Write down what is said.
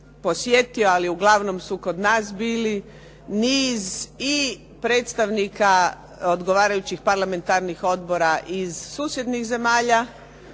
ali uglavnom su kod nas bili niz predstavnika odgovarajućih parlamentarnih odbora iz susjednih zemalja